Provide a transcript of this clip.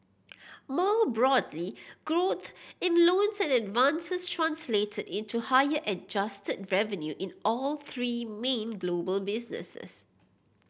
more broadly growth in loans and advances translated into higher adjusted revenue in all three main global businesses